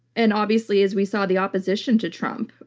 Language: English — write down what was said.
and obviously as we saw the opposition to trump,